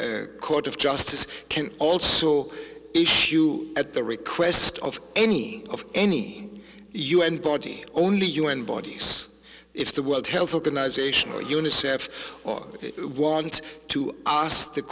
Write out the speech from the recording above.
un court of justice can also issue at the request of any of any u n body only un bodies if the world health organization or unicef or want to ask the